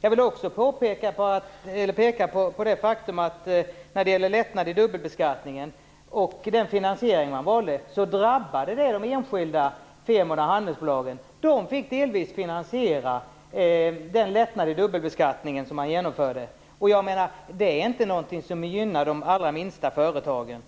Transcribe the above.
Jag vill också peka på det faktum att lättnaden i dubbelbeskattningen och den finansiering man valde drabbade de enskilda firmorna och handelsbolagen. De fick ju delvis finansiera den lättnad i dubbelbeskattningen som genomfördes. Detta är inte något som gynnar de allra minsta företagen.